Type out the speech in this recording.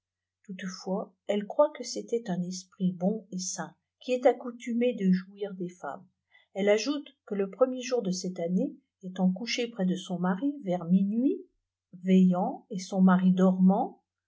toutefois elle croit que tf étak unerit bon et saint qui est accoutumé de jojïir des femmiay bhe fiante qeie premier jour de celte année étant coucïk près de son mari vers minuit veslant et son mari dormatrt